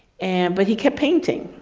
and but he kept painting,